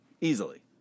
easily